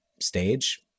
stage